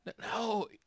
no